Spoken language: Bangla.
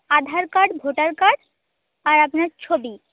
আধার কার্ড ভোটার কার্ড আর আপনার ছবি